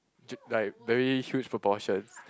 like very huge proportion